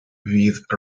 with